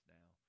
now